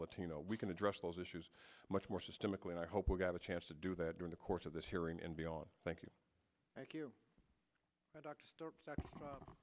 latino we can address those issues much more systemically and i hope we got a chance to do that during the course of this hearing and beyond thank you thank you